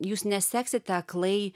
jūs neseksite aklai